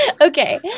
Okay